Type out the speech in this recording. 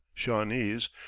Shawnees